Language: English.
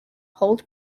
hold